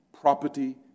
property